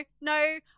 no